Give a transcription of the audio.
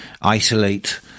isolate